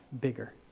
bigger